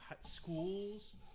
schools